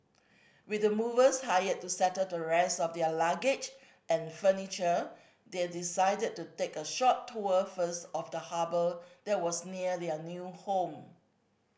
with the movers hired to settle the rest of their luggage and furniture they decided to take a short tour first of the harbour that was near their new home